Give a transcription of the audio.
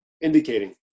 indicating